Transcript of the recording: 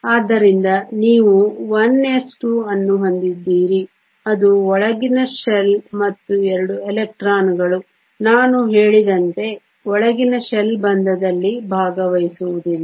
ಆದ್ದರಿಂದ ನೀವು 1s2 ಅನ್ನು ಹೊಂದಿದ್ದೀರಿ ಅದು ಒಳಗಿನ ಶೆಲ್ ಮತ್ತು 2 ಎಲೆಕ್ಟ್ರಾನ್ಗಳು ನಾನು ಹೇಳಿದಂತೆ ಒಳಗಿನ ಶೆಲ್ ಬಂಧದಲ್ಲಿ ಭಾಗವಹಿಸುವುದಿಲ್ಲ